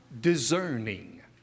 discerning